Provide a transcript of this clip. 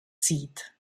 zieht